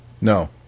no